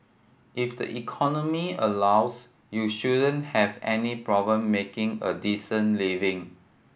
if the economy allows you shouldn't have any problem making a decent living